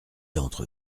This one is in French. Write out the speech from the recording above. entre